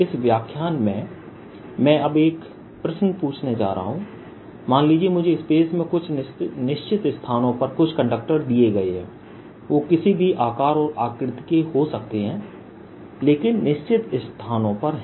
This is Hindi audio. इस व्याख्यान में मैं अब एक प्रश्न पूछने जा रहा हूं मान लीजिए मुझे स्पेस में कुछ निश्चित स्थानों पर कुछ कंडक्टर दिए गए हैं वे किसी भी आकार और आकृति के हो सकते हैं लेकिन निश्चित स्थानों पर हैं